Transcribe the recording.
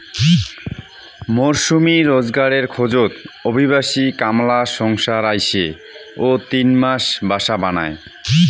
মরসুমী রোজগারের খোঁজত অভিবাসী কামলা সংসার আইসে ও তিন মাস বাসা বানায়